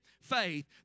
faith